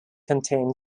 contain